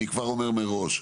אני כבר אומר מראש,